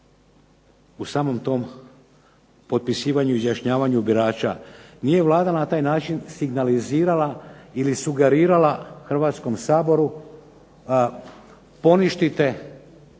u samom tom potpisivanju i izjašnjavanju birača. Nije Vlada na taj način signalizirala ili sugerirala Hrvatskom saboru poništite volju